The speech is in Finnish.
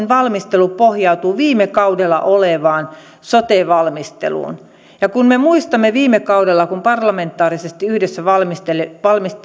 valmistelu pohjautuu viime kaudella olleeseen sote valmisteluun ja kun me muistamme viime kautta kun parlamentaarisesti yhdessä